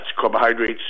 carbohydrates